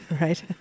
right